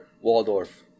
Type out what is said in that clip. Waldorf